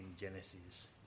Genesis